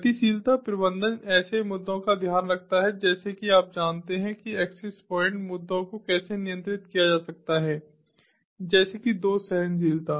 गतिशीलता प्रबंधन ऐसे मुद्दों का ध्यान रखता है जैसे कि आप जानते हैं कि एक्सेस पॉइंट्स मुद्दों को कैसे नियंत्रित किया जा सकता है जैसे कि दोष सहनशीलता